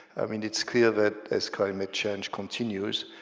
i mean, it's clear that as climate change continues,